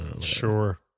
Sure